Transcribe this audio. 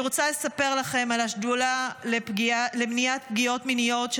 אני רוצה לספר לכם על השדולה למניעת פגיעות מיניות,